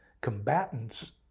combatants